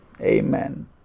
Amen